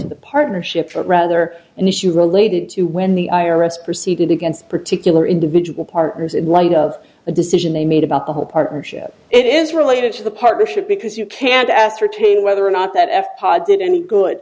to the partnership rather an issue related to when the i r s proceeded against particular individual partners in light of the decision they made about the whole partnership it is related to the partnership because you can't ascertain whether or not that f pod did any good